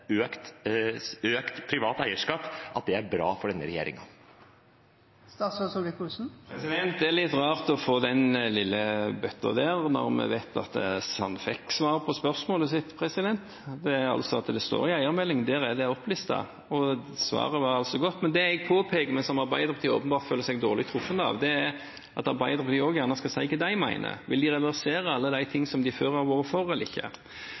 økt privat eierskap, er det bra for denne regjeringen? Det er litt rart å få den lille bøtta der når vi vet at han fikk svar på spørsmålet sitt, og det er altså at det står i eiermeldingen, der er det opplistet. Svaret var altså godt. Det jeg påpeker, men som Arbeiderpartiet åpenbart føler seg dårlig truffet av, er at Arbeiderpartiet også skal si hva de mener. Vil de reversere alle de ting som de før har vært for, eller ikke?